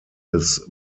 des